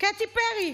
קטי פרי.